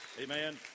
Amen